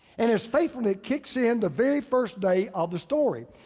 and his faithfulness kicks in the very first day of the story.